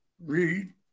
Read